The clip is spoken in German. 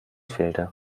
fehlte